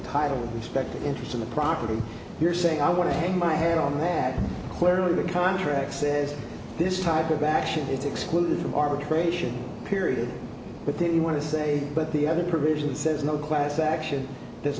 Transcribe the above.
title respecting interest in the property you're saying i want to hang my head on that clearly the contract says this type of back should exclude arbitration period but then you want to say but the other provision says no class action does